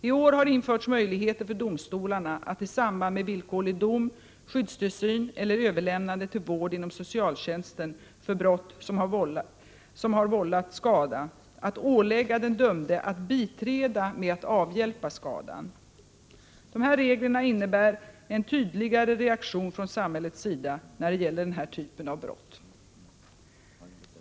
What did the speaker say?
I år har införts möjligheter för domstolarna att i samband med villkorlig dom, skyddstillsyn eller överlämnande till vård inom socialtjänsten för brott som har vållat skada ålägga den dömde att biträda med att avhjälpa skadan. Dessa regler innebär en tydligare reaktion från samhällets sida när det gäller den här typen av brott.